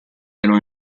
erano